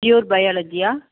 pure பயாலஜியா